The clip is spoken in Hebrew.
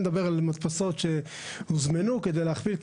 אני מדבר על מדפסות שהוזמנו כדי להכפיל.